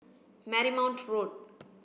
Marymount Road